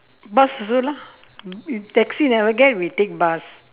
bus also lah if taxi never get we take bus